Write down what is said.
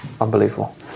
unbelievable